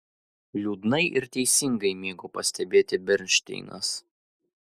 liūdnai ir teisingai mėgo pastebėti bernšteinas